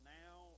now